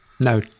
No